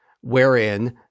wherein